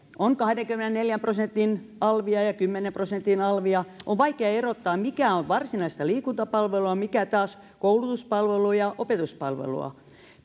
on kahdenkymmenenneljän prosentin alvia ja kymmenen prosentin alvia on vaikea erottaa mikä on varsinaista liikuntapalvelua mikä taas koulutuspalvelua ja opetuspalvelua